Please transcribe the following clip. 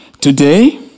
Today